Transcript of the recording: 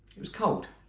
it was cold.